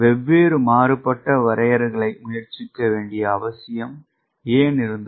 வெவ்வேறு மாறுபட்ட வரையறைகளை முயற்சிக்க வேண்டிய அவசியம் ஏன் இருந்தது